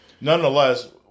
nonetheless